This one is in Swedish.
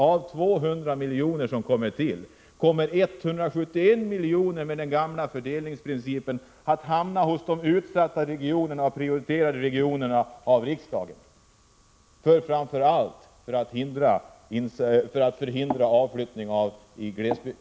Av 200 miljoner som har kommit till, kommer med den gamla fördelningsprincipen 171 miljoner att hamna i de av riksdagen prioriterade regionerna — framför allt för att förhindra avflyttning i glesbygd.